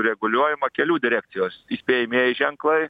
reguliuojama kelių direkcijos įspėjamieji ženklai